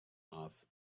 off